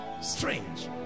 Strange